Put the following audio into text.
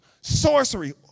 sorcery